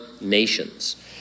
nations